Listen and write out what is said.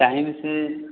टाइमसँ